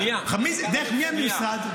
מי המשרד?